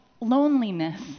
loneliness